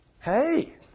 Hey